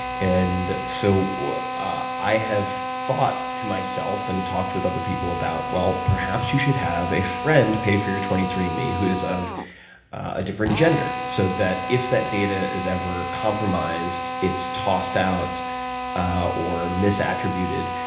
and so, i have thought to myself and talked with other people about, well, perhaps you should have a friend pay for your twenty three and me, who is of a different gender, so that if that data is ever compromised, it's tossed out or misattributed,